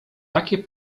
takie